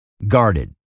Guarded